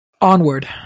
Onward